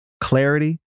clarity